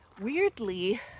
weirdly